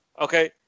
Okay